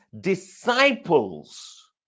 disciples